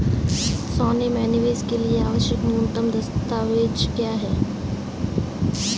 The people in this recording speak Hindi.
सोने में निवेश के लिए आवश्यक न्यूनतम दस्तावेज़ क्या हैं?